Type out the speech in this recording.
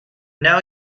now